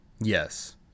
Yes